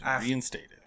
Reinstated